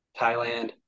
Thailand